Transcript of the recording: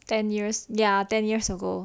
ten years ya ten years ago than yours